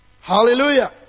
Hallelujah